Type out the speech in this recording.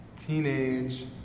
teenage